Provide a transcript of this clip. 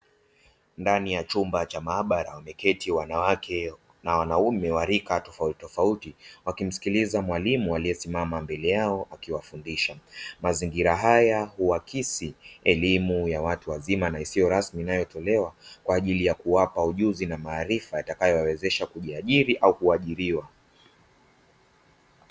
Ndani ya chumba cha maabara wameketi wanawake na wanaume wa rika tofautitofauti, wakimsikiliza mwalimu aliyesimama mbele yao akiwafundisha. Mazingira haya huakisi elimu ya watu wazima na isiyo rasmi inayotolewa kwa ajili ya kuwapa ujuzi na maarifa yatakayowawezesha kujiajiri au kuajiriwa.